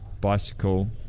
Bicycle